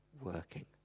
working